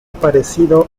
parecido